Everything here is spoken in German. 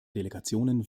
delegationen